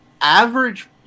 average